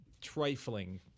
trifling